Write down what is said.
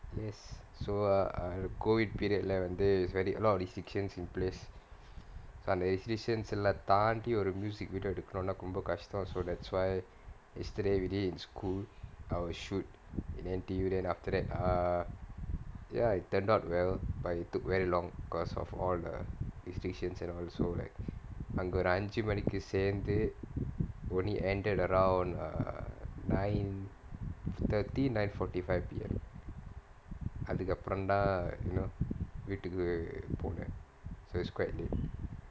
yes so i~ I'll go with period lah வந்து:vanthu there's a lot of restrictions in place so அந்த:antha restriction எல்லாம் தாண்டி ஒரு:ellaam thaandi oru music video எடுக்கனுனா ரொம்ப கஷ்டம்:edukkanunaa romba kashtam so that's why yesterday we did in school our shoot in N_T_U then after that err ya it turned out well but it took very long because of all the restrictions and also like அங்க ஒரு அஞ்சு மணிக்கு சேந்து:anga oru anju manikku saenthu only ended around err nine thirty nine forty five P_M அதுக்கு அப்புறம் தான் இன்னும் வீட்டுக்கு போனேன்:athukku appuram thaan innum veettukku ponaen so it's quite late